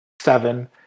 seven